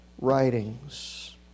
writings